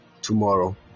tomorrow